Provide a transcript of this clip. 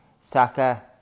Saka